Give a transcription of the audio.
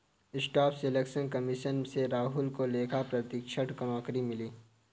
staff selection commission से राहुल को लेखा परीक्षक नौकरी मिली